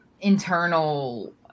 internal